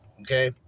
okay